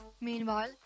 Meanwhile